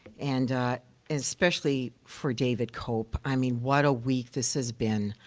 and especially for david cope. i mean, what a week this has been.